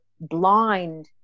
blind